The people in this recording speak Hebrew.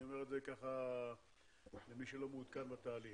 אני אומר את זה למי שלא מעודכן בתהליך.